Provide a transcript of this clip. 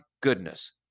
goodness